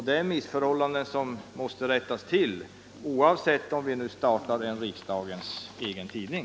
Det är missförhållanden som måste rättas till, oavsett om vi nu startar en riksdagens egen tidning.